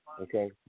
Okay